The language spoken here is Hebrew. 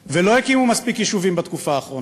לא עושים את זה מספיק ולא הקימו מספיק יישובים בתקופה האחרונה.